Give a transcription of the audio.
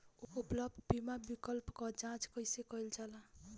उपलब्ध बीमा विकल्प क जांच कैसे कइल जाला?